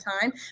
time